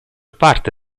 parte